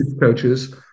coaches